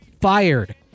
fired